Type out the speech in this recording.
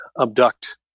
abduct